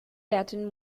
latin